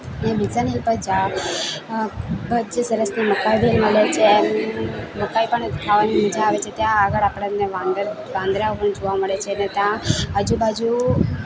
એ Wilson Hills પર ચા વચ્ચે સરસની મકાઈ ભેળ મળે છે મકાઈ પણ ખાવાની મજા આવે છે ત્યાં આગળ આપણને વાંદોર વાંદરાઓ પણ જોવા મળે છે ને ત્યાં આજુબાજુ